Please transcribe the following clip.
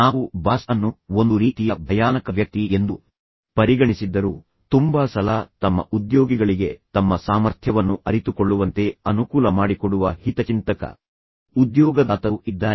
ನಾವು ಬಾಸ್ ಅನ್ನು ಒಂದು ರೀತಿಯ ಭಯಾನಕ ವ್ಯಕ್ತಿ ಎಂದು ಪರಿಗಣಿಸಿದ್ದರೂ ತುಂಬಾ ಸಲ ತಮ್ಮ ಉದ್ಯೋಗಿಗಳಿಗೆ ತಮ್ಮ ಸಾಮರ್ಥ್ಯವನ್ನು ಅರಿತುಕೊಳ್ಳುವಂತೆ ಅನುಕೂಲ ಮಾಡಿಕೊಡುವ ಹಿತಚಿಂತಕ ಉದ್ಯೋಗದಾತರು ಇದ್ದಾರೆ